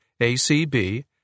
ACB